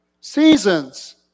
Seasons